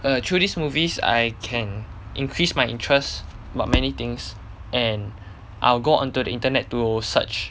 err through these movies I can increase my interest about many things and I will go onto the internet to search